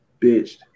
bitched